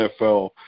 NFL